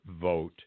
vote